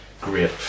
great